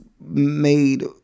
made